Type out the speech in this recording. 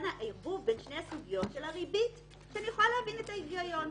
לכן הערבוב בין שתי הסוגיות של הריבית אני יכולה להבין את ההיגיון,